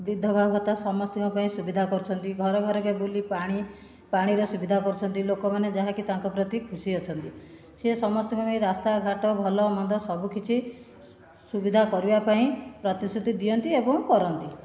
ବିଧବା ଭତ୍ତା ସମସ୍ତଙ୍କ ପାଇଁ ସୁବିଧା କରିଛନ୍ତି ଘର ଘରକେ ବୁଲି ପାଣି ପାଣିର ସୁବିଧା କରୁଛନ୍ତି ଲୋକମାନେ ଯାହାକି ତାଙ୍କ ପ୍ରତି ଖୁସି ଅଛନ୍ତି ସିଏ ସମସ୍ତଙ୍କ ପାଇଁ ରାସ୍ତାଘାଟ ଭଲମନ୍ଦ ସବୁ କିଛି ସୁବିଧା କରିବାପାଇଁ ପ୍ରତିଶ୍ରୁତି ଦିଅନ୍ତି ଏବଂ କରନ୍ତି